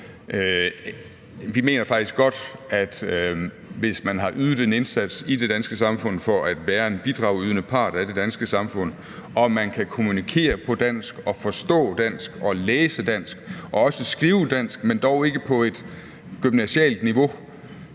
Vi mener faktisk og tror på, at hvis man har ydet en indsats i det danske samfund for at være en bidragydende part af det danske samfund og man kan kommunikere på dansk og forstå dansk og læse dansk og også skrive dansk, men dog ikke på et gymnasialt niveau,